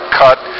cut